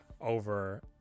over